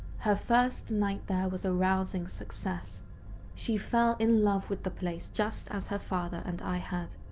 her first night there was a rousing success she fell in love with the place just as her father and i had.